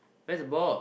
where is the ball